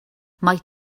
might